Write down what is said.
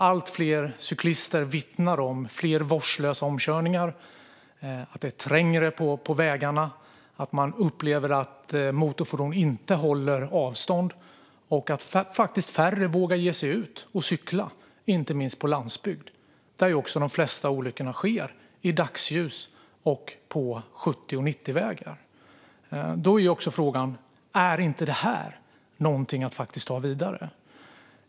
Allt fler cyklister vittnar om fler vårdslösa omkörningar, att det är trängre på vägarna, att de upplever att motorfordon inte håller avstånd och att färre vågar ge sig ut och cykla. Detta gäller inte minst på landsbygden, där de flesta olyckor sker i dagsljus och på 70 och 90-vägar. Då är frågan: Är inte det här någonting att ta vidare?